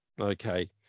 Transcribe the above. okay